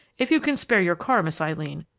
if you can spare your car, miss eileen,